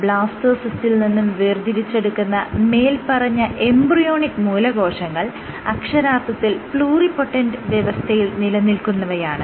ബ്ലാസ്റ്റോസിസ്റ്റിൽ നിന്നും വേർതിരിച്ചെടുക്കുന്ന മേല്പറഞ്ഞ എംബ്രിയോണിക് മൂലകോശങ്ങൾ അക്ഷരാർത്ഥത്തിൽ പ്ലൂറിപൊട്ടന്റ് വ്യവസ്ഥയിൽ നിലനിൽക്കുന്നവയാണ്